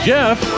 Jeff